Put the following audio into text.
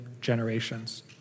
generations